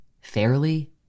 fairly